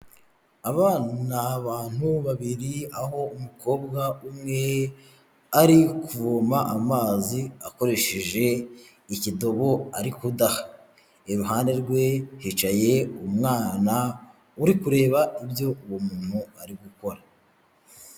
Aba ni abantu babiri aho umukobwa umwe ari kuvoma amazi akoresheje ikidobo arikudaha iruhande rwe hicaye umwana uri kureba ibyo uwo muntu ari gukora.